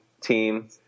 Team